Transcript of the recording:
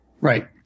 Right